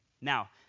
Now